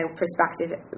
perspective